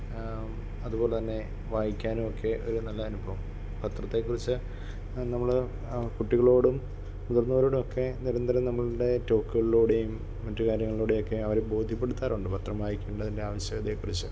അതുപോലെ തന്നെ വായിക്കാനുമൊക്കെ ഒരു നല്ല അനുഭവം പത്രത്തേക്കുറിച്ച് നമ്മൾ കുട്ടികളോടും മുതിർന്നവരോടും ഒക്കെ നിരന്തരം നമ്മുടെ ടോക്കുകളിലൂടെയും മറ്റു കാര്യങ്ങളിലൂടെ ഒക്കെ അവരെ ബോധ്യപ്പെടുത്താറുണ്ട് പത്രം വായിക്കേണ്ടതിൻറെ ആവശ്യകതയെ കുറിച്ച്